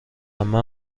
عمه